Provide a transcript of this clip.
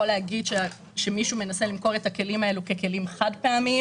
להגיד שמישהו מנסה למכור את הכלים הללו ככלים חד-פעמיים.